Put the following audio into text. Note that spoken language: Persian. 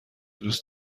دوست